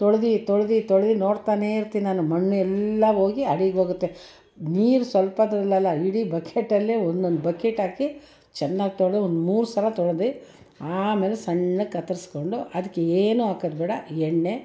ತೊಳ್ದು ತೊಳ್ದು ತೊಳ್ದು ನೋಡ್ತಲೇ ಇರ್ತೀನಿ ನಾನು ಮಣ್ಣು ಎಲ್ಲ ಹೋಗಿ ಅಡಿಗೆ ಹೋಗುತ್ತೆ ನೀರು ಸ್ವಲ್ಪವೂ ಇಡೀ ಬಕೇಟಲ್ಲೆ ಒಂದೊಂದು ಬಕೆಟ್ ಹಾಕಿ ಚೆನ್ನಾಗಿ ತೊಳೆದು ಒಂದು ಮೂರು ಸಲ ತೊಳ್ದು ಆಮೇಲೆ ಸಣ್ಣ ಕತ್ತರಿಸ್ಕೊಂಡು ಅದಕ್ಕೇನು ಹಾಕೋದು ಬೇಡ ಎಣ್ಣೆ